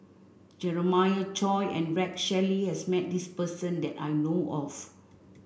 Jeremiah Choy and Rex Shelley has met this person that I know of